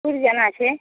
फिर जाना छै